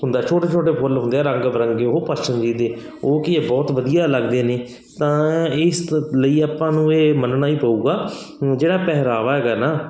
ਹੁੰਦਾ ਛੋਟੇ ਛੋਟੇ ਫੁੱਲ ਹੁੰਦੇ ਆ ਰੰਗ ਬਿਰੰਗੇ ਉੱਪਰ ਸੱਗੀ ਦੇ ਉਹ ਕੀ ਹੈ ਬਹੁਤ ਵਧੀਆ ਲੱਗਦੇ ਨੇ ਤਾਂ ਇਸ ਲਈ ਆਪਾਂ ਨੂੰ ਇਹ ਮੰਨਣਾ ਹੀ ਪਵੇਗਾ ਜਿਹੜਾ ਪਹਿਰਾਵਾ ਹੈਗਾ ਨਾ